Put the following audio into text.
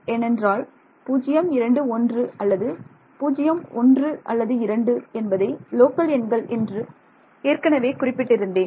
ஏனென்றால் நான் 0 2 1 அல்லது 0 1 அல்லது2 என்பதை லோக்கல் எண்கள் என்று ஏற்கனவே குறிப்பிட்டிருந்தேன்